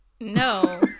no